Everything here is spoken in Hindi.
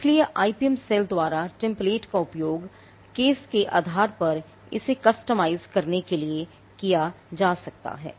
इसलिए IPM सेल द्वारा टेम्प्लेटकरने के लिए किया जा सकता है